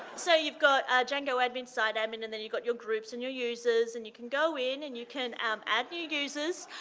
so you've got django admin side admin and then you've got your groups and your users and you can go in and you can um add new users.